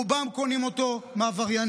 רובם קונים אותו מעבריינים,